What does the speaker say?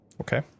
Okay